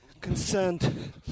concerned